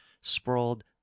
sprawled